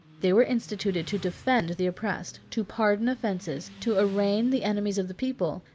they were instituted to defend the oppressed, to pardon offences, to arraign the enemies of the people,